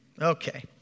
Okay